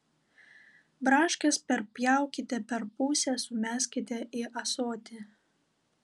braškes perpjaukite per pusę sumeskite į ąsotį